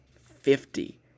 fifty